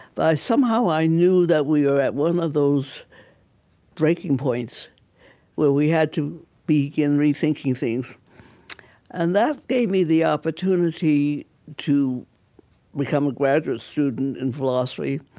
somehow i knew that we were at one of those breaking points where we had to begin rethinking things and that gave me the opportunity to become a graduate student in philosophy